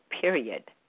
period